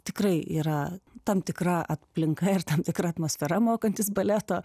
tikrai yra tam tikra aplinka ir tam tikra atmosfera mokantis baletą